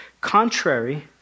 Contrary